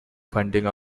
funding